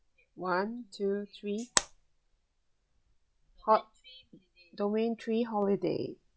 one two three hot domain tree holiday